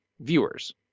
viewers